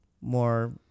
more –